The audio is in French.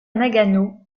nagano